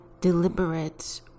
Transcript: deliberate